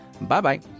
Bye-bye